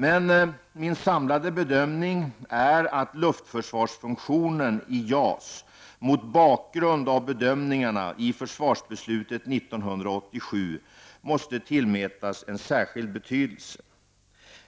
Men min samlade bedömning är att luftförsvarsfunktionen i JAS, mot bakgrund av bedömningarna i försvarsbeslutet 1987, måste tillmätas en särskild betydelse.